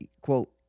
quote